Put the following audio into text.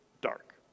dark